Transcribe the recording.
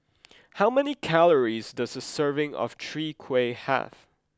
how many calories does a serving of Chwee Kueh have